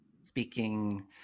speaking